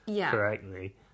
correctly